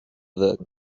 wirken